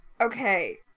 Okay